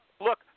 look